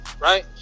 right